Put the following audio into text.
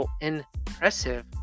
impressive